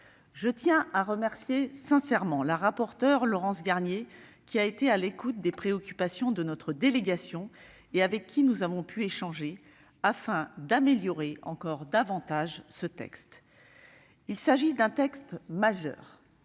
Je tiens à remercier sincèrement notre rapporteure Laurence Garnier, qui a été à l'écoute des préoccupations de notre délégation et avec qui nous avons pu échanger afin d'améliorer encore cette proposition de loi. Il s'agit d'un texte majeur.